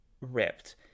ripped